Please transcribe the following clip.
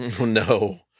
No